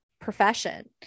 profession